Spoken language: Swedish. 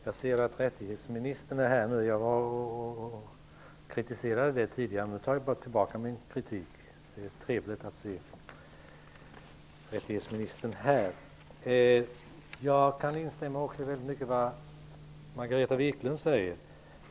Herr talman! Jag ser att rättighetsministern är här. Jag kritiserade tidigare att han inte var här, men nu tar jag tillbaka min kritik. Det är trevligt att se rättighetsministern här. Jag kan instämma i mycket av vad Margareta Viklund säger.